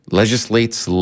legislates